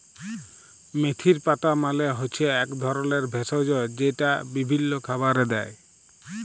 মেথির পাতা মালে হচ্যে এক ধরলের ভেষজ যেইটা বিভিল্য খাবারে দেয়